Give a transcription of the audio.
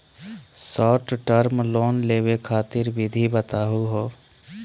Short term loan लेवे खातीर विधि बताहु हो?